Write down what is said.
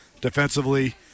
defensively